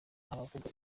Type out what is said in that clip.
abavuga